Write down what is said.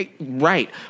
Right